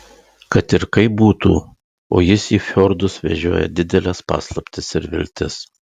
kad ir kaip būtų o jis į fjordus vežioja dideles paslaptis ir viltis